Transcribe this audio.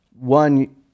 one